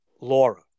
Laura